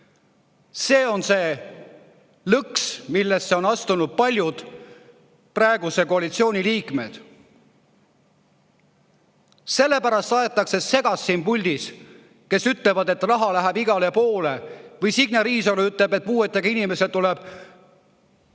See on see lõks, millesse on astunud paljud praeguse koalitsiooni liikmed. Sellepärast aetakse segast siin puldis ja öeldakse, et raha läheb igale poole, või Signe Riisalo ütleb, et puuetega inimesed tuleb